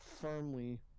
firmly